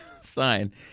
sign